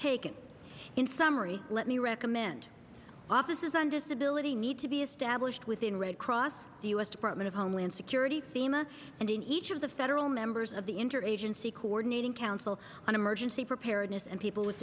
taken in summary let me recommend offices on disability need to be established within red cross the u s department of homeland security fema and in each of the federal members of the interagency coordinating council on emergency preparedness and people with